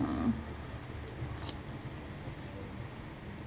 uh